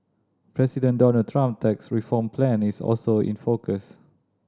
President Donald Trump tax reform plan is also in focus